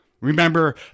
Remember